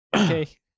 okay